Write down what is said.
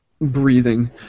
breathing